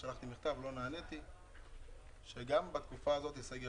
ERN. אנחנו לא ERN,